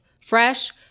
fresh